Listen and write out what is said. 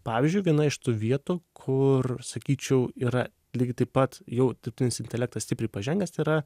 pavyzdžiui viena iš tų vietų kur sakyčiau yra lygiai taip pat jau dirbtinis intelektas stipriai pažengęs tai yra